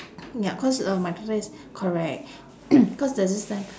ya cause um my daughter is correct cause there's this time